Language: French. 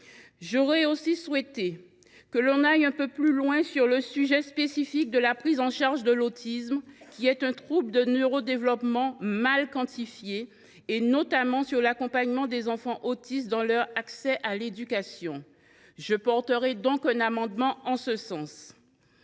J’aurais aussi souhaité que l’on aille un peu plus loin sur le sujet spécifique de la prise en charge de l’autisme – trouble de neurodéveloppement mal quantifié –, notamment sur l’accompagnement des enfants autistes dans leur accès à l’éducation. Je soutiendrai un amendement à cet